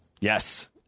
Yes